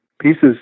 pieces